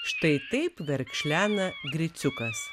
štai taip verkšlena griciukas